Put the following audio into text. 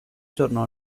tornò